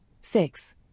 six